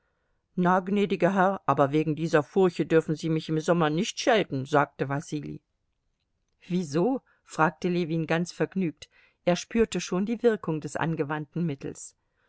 gnädiger herr aber wegen dieser furche dürfen sie mich im sommer nicht schelten sagte wasili wieso fragte ljewin ganz vergnügt er spürte schon die wirkung des angewandten mittels